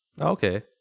okay